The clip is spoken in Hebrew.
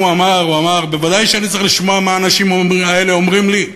שאמר: ודאי שאני צריך לשמוע מה האנשים האלה אומרים לי,